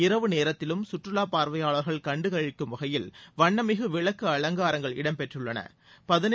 இரவு நேரத்திலும் சுற்றுலா பார்வையாளர்கள் கண்டு கழிக்கும்வகையில் வண்ணமிகு விளக்கு அலங்காரங்கள் இடம் பெற்றுள்ளன